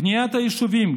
בניית יישובים,